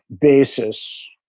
basis